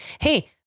Hey